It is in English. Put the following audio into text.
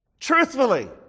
Truthfully